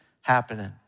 happening